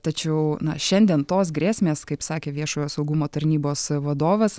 tačiau na šiandien tos grėsmės kaip sakė viešojo saugumo tarnybos vadovas